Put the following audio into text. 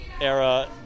era